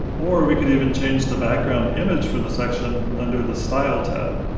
or we could even change the background image for the section under the style tab.